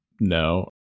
No